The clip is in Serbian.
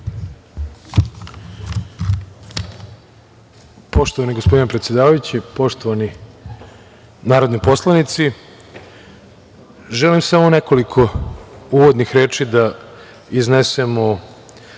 Poštovani gospodine predsedavajući, poštovani narodni poslanici, želim samo nekoliko uvodnih reči da iznesem